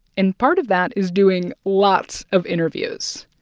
and part of that is doing lots of interviews.